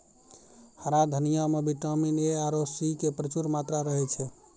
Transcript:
हरा धनिया मॅ विटामिन ए आरो सी के प्रचूर मात्रा रहै छै